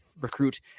recruit